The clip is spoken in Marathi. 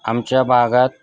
आमच्या भागात